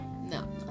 No